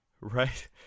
Right